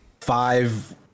five